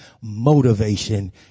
motivation